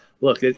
look